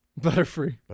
Butterfree